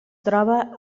troba